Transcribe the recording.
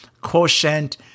quotient